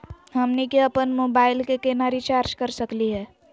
हमनी के अपन मोबाइल के केना रिचार्ज कर सकली हे?